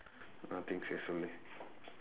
nothing says so leh